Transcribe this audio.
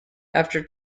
after